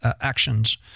actions